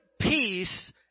peace